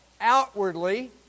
outwardly